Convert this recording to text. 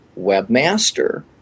webmaster